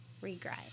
regret